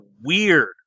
weird